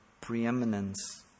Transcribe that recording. preeminence